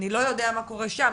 אני לא יודע מה קורה שם,